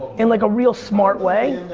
in like a real smart way.